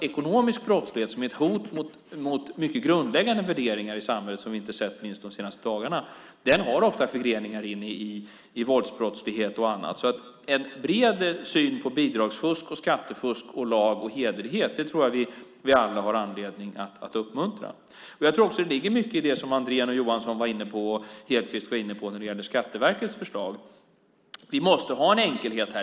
Ekonomiskt brottslighet - som är ett hot mot mycket grundläggande värderingar i samhället, som vi har sett inte minst de senaste dagarna - har ofta förgreningar in i våldsbrottslighet och annat. En bred syn på bidrags och skattefusk samt lag och hederlighet har vi alla anledning att uppmuntra. Det ligger mycket i det Andrén, Johansson och Hedquist var inne på när det gäller Skatteverkets förslag. Vi måste ha en enkelhet.